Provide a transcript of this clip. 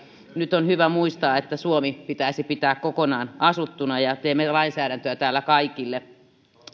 nyt on hyvä muistaa että suomi pitäisi pitää kokonaan asuttuna ja teemme lainsäädäntöä täällä kaikille